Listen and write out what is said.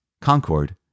concord